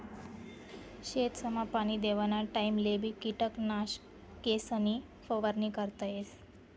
शेतसमा पाणी देवाना टाइमलेबी किटकनाशकेसनी फवारणी करता येस